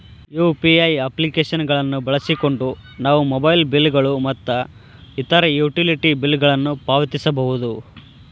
UPI application ಗಳನ್ನು ಬಳಸಿಕೊಂಡು ನಾವು ಮೊಬೈಲ್ ಬಿಲ್ ಗಳು ಮತ್ತು ಇತರ ಯುಟಿಲಿಟಿ ಬಿಲ್ ಗಳನ್ನು ಪಾವತಿಸಬಹುದು